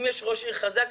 אם יש ראש עיר חזק,